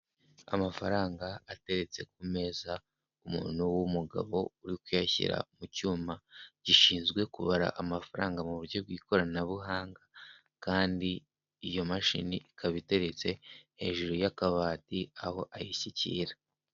Amafaranga ateretse ku meza, umuntu w'umugabo uri kuyashyira mu cyuma gishinzwe kubara amafaranga muburyo bw'ikoranabuhanga, kandi iyo mashini ikaba iteretse hejuru y'akabati, aho ayishyikira.